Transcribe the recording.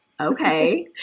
Okay